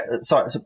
sorry